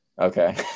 Okay